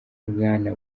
bwana